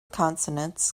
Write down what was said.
consonants